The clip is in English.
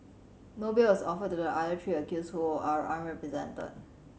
no bail was offered to the other three accused who are unrepresented